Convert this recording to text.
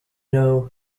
know